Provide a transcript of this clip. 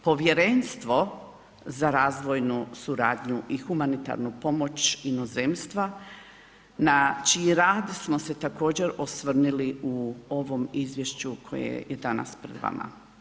Povjerenstvo za razvojnu suradnju i humanitarnu pomoć inozemstva na čiji rad smo se također osvrnuli u ovom izvješću koje je danas pred vama.